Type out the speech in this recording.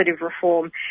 reform